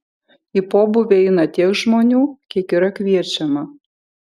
į pobūvį eina tiek žmonių kiek yra kviečiama